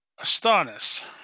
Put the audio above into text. Astonis